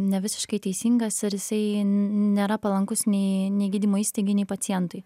nevisiškai teisingas ir jisai n nėra palankus nei gydymo įstaigai nei pacientui